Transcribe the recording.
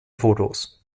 fotos